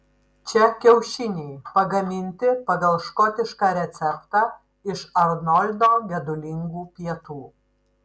čia kiaušiniai pagaminti pagal škotišką receptą iš arnoldo gedulingų pietų